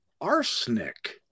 arsenic